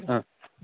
أں